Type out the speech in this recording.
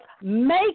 make